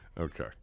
Okay